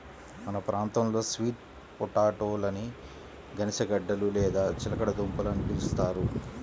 మన ప్రాంతంలో స్వీట్ పొటాటోలని గనిసగడ్డలు లేదా చిలకడ దుంపలు అని పిలుస్తారు